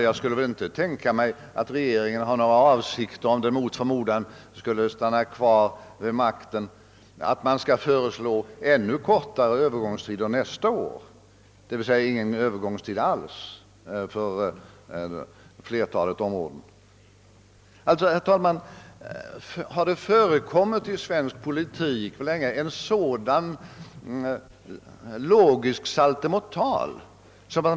— Jag kan nämligen inte tänka mig att regeringen har några avsikter — om den mot förmodan skulle komma att stanna kvar vid makten — att föreslå ännu kortare övergångstider nästa år, d.v.s. ingen övergångstid alls för flertalet områden. Har det någonsin i svensk politik förekommit en sådan logisk saltomortal?